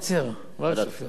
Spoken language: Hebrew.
שיהיה ועדת כספים.